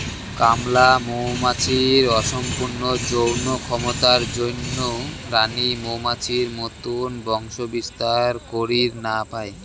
কামলা মৌমাছির অসম্পূর্ণ যৌন ক্ষমতার জইন্যে রাণী মৌমাছির মতন বংশবিস্তার করির না পায়